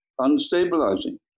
unstabilizing